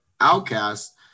outcast